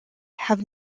have